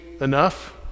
enough